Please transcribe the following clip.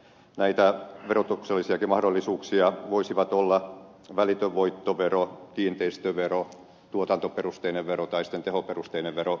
näitä verotuksellisiakin mahdollisuuksia voisivat olla välitön voittovero kiinteistövero tuotantoperusteinen vero tai sitten tehoperusteinen vero